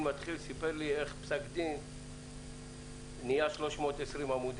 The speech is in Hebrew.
מתחיל סיפר לי איך פסק דין נהיה 320 עמודים.